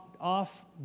off